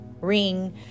ring